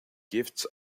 gifts